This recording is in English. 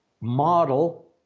model